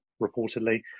reportedly